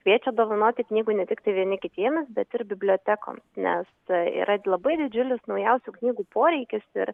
kviečia dovanoti knygų ne tiktai vieni kitiems bet ir bibliotekoms nes tai yra labai didžiulis naujausių knygų poreikis ir